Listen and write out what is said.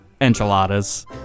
enchiladas